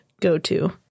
go-to